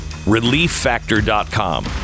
ReliefFactor.com